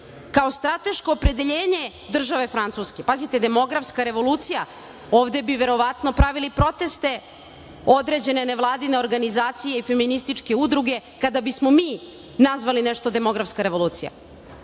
kao strateško opredeljenje države Vrancuske. Pazite, demografska revolucija. Ovde bi verovatno, pravili proteste određene nevladine organizacije i feminističke udruge, kada bismo mi nazvali nešto demografska revolucija,